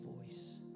voice